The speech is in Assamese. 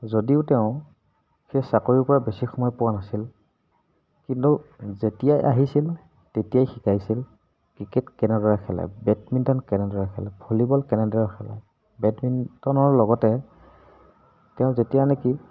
যদিও তেওঁ সেই চাকৰিৰ পৰা বেছি সময় পোৱা নাছিল কিন্তু যেতিয়াই আহিছিল তেতিয়াই শিকাইছিল ক্ৰিকেট কেনেদৰে খেলে বেডমিণ্টন কেনেদৰে খেলে ভলীবল কেনেদৰে খেলে বেডমিণ্টনৰ লগতে তেওঁ যেতিয়া নেকি